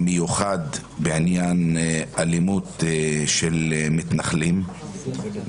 מיוחד בעניין אלימות של מתנחלים